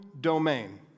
domain